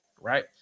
right